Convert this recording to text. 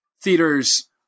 theaters